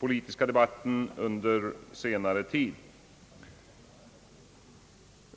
politiska debatten under senare tid.